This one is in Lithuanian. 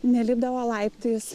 nelipdavo laiptais